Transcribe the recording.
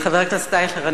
חבר הכנסת אייכלר,